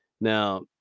now